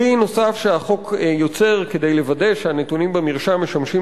כלי נוסף שהחוק יוצר כדי לוודא שהנתונים במרשם משמשים